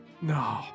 No